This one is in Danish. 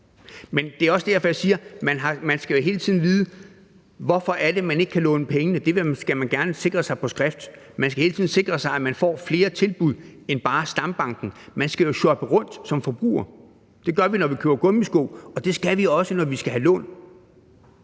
Men det er også derfor, jeg siger, at man jo hele tiden skal vide, hvorfor det er, man ikke kan låne pengene. Det skal man gerne sikre sig på skrift. Man skal hele tiden sikre sig, at man får flere tilbud end bare fra stambanken. Man skal jo shoppe rundt som forbruger. Det gør vi, når vi køber gummisko, og det skal vi også gøre, når vi skal have lån.